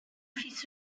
fils